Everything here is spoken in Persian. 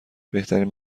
بهترین